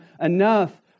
enough